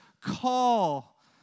call